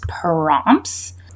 prompts